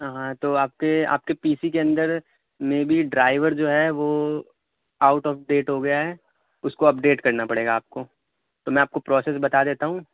ہاں ہاں تو آپ کے آپ کے پی سی کے اندر مے بی ڈرائیور جو ہے وہ آؤٹ آف ڈیٹ ہو گیا ہے اس کو اپ ڈیٹ کرنا پڑے گا آپ کو تو میں آپ کو پروسیس بتا دیتا ہوں